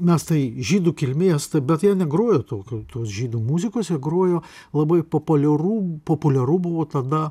nes tai žydų kilmės bet jie negrojo tokio tos žydų muzikos jie grojo labai populiarų populiaru buvo tada